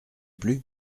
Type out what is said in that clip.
plus